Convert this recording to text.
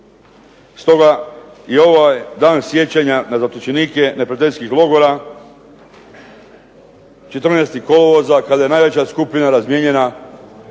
Stoga i ovaj dan sjećanja na zatočenike neprijateljskih logora 14. kolovoza kada je najveća skupina razmijenjena